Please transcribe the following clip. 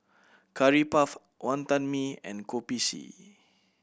Curry Puff Wonton Mee and Kopi C